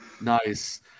Nice